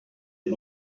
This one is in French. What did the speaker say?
les